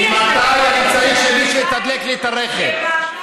ממתי אני צריך שמישהו יתדלק לי את הרכב?